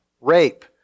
rape